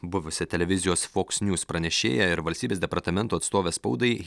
buvusią televizijos foxnews pranešėją ir valstybės departamento atstovę spaudai